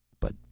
but,